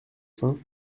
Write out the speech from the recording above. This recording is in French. fin